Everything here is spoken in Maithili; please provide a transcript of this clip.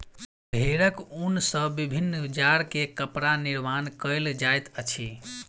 भेड़क ऊन सॅ विभिन्न जाड़ के कपड़ा निर्माण कयल जाइत अछि